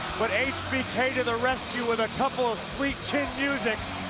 but hbk to the rescue with a couple of sweet chin music